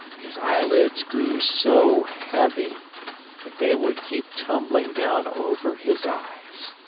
and his eyelids grew so heavy that they would keep tumbling down over his eyes.